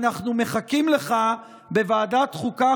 אנחנו מחכים לך בוועדת החוקה,